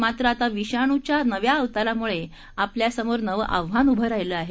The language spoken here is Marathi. मात्र आता विषाणूच्या नव्या अवतारामुळे आपल्यासमोर नवं आव्हान उभे राहिलं आहे